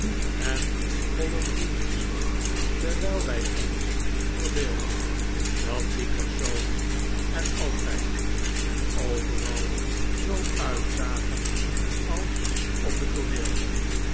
en colombines terwyl wy ons verbeeldden dat die personen er altyd en overal zoo uitzagen als op het tooneel